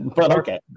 Okay